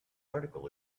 article